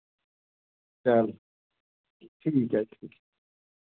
शैल ठीक ऐ ठीक